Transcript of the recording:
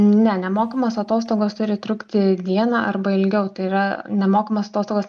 ne nemokamos atostogos turi trukti dieną arba ilgiau tai yra nemokamos atostogos